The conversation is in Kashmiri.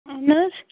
اَہَن حظ